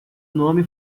nome